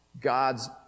God's